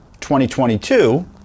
2022